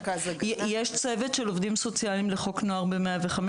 יש צוות של עובדים סוציאליים לחוק נוער ב-105,